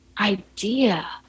idea